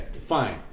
fine